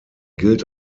gilt